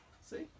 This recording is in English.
See